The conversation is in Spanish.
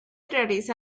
realiza